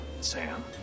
Sam